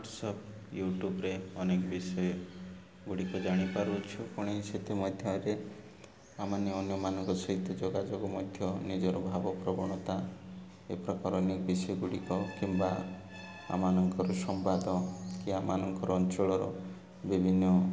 WhatsApp ୟୁଟ୍ୟୁବ୍ରେ ଅନେକ ବିଷୟ ଗୁଡ଼ିକ ଜାଣିପାରୁଛୁ ପୁଣି ସେଥିମଧ୍ୟରେ ଆମମାନେ ଅନ୍ୟମାନଙ୍କ ସହିତ ଯୋଗାଯୋଗ ମଧ୍ୟ ନିଜର ଭାବପ୍ରବଣତା ଏପ୍ରକାର ଅନେକ ବିଷୟ ଗୁଡ଼ିକ କିମ୍ବା ଆମମାନଙ୍କର ସମ୍ବାଦ କି ଆମମାନଙ୍କର ଅଞ୍ଚଳର ବିଭିନ୍ନ